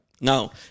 No